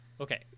okay